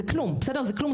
זה כלום זמן.